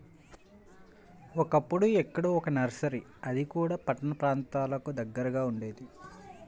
ఒకప్పుడు ఎక్కడో ఒక్క నర్సరీ అది కూడా పట్టణ ప్రాంతాలకు దగ్గరగా ఉండేది